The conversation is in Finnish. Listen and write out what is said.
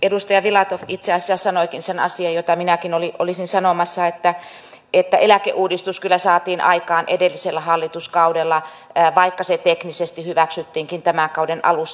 edustaja filatov itse asiassa sanoikin sen asian jota minäkin olisin sanomassa että eläkeuudistus kyllä saatiin aikaan edellisellä hallituskaudella vaikka se teknisesti hyväksyttiinkin tämän kauden alussa